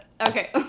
okay